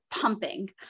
pumping